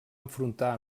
enfrontar